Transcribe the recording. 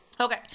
Okay